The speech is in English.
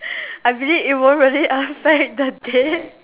I believe it won't really affect the day